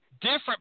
different